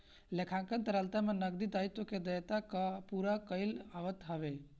लेखांकन तरलता में नगदी दायित्व के देयता कअ पूरा कईल आवत हवे